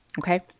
Okay